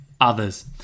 others